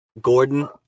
Gordon